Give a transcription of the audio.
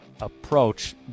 approach